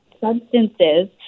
Substances